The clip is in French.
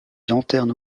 lanternes